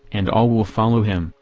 and all will follow him,